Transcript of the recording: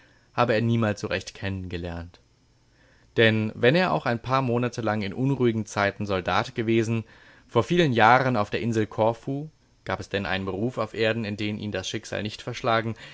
habe er niemals so recht kennengelernt denn wenn er auch ein paar monate lang in unruhigen zeiten soldat gewesen vor vielen jahren auf der insel korfu gab es denn einen beruf auf erden in den ihn das schicksal nicht verschlagen